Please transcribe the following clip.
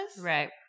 Right